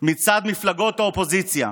מצד מפלגות האופוזיציה.